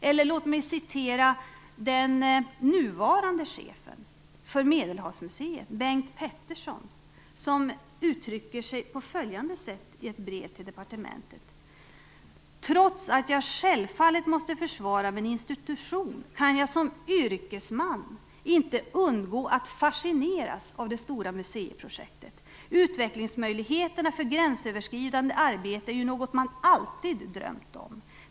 Eller låt mig framföra vad den nuvarande chefen för Medelhavsmuseet, Bengt Peterson, säger i ett brev till departementet: Trots att jag självfallet måste försvara min institution kan jag som yrkesman inte undgå att fascineras av det stora museiprojektet. Utvecklingsmöjligheterna för gränsöverskridande arbete är ju något man alltid drömt om.